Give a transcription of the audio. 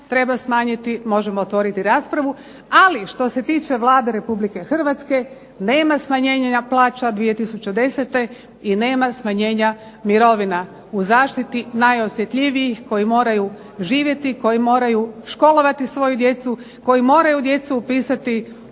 treba smanjiti. Možemo otvoriti raspravu. Ali, što se tiče Vlade RH nema smanjenja plaća 2010. i nema smanjenja mirovina. U zaštiti najosjetljivijih koji moraju živjeti, koji moraju školovati svoju djecu, koji moraju djecu upisati